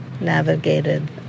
navigated